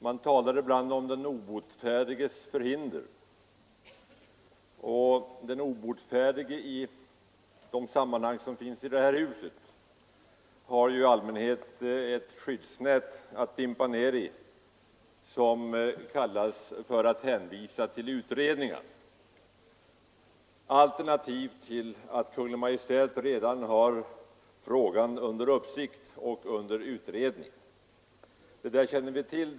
Man talar ibland om den obotfärdiges förhinder, och den obotfärdige i de sammanhang som förekommer i det här huset har i regel ett skyddsnät att dimpa ner i som består i att hänvisa till pågående utredningar, alternativt att Kungl. Maj:t redan har frågan under uppsikt. Detta känner vi till.